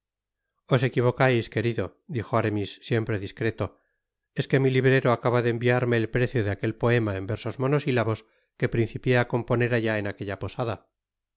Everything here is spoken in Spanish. os equivocais querido dijo aramis siempre discreto es que mi librero acaba de enviarme el precio de aquel poema en versos monosilabos que principié á componer allá en aquella posada